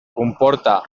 comporta